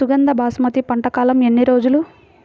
సుగంధ బాసుమతి పంట కాలం ఎన్ని రోజులు?